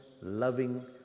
loving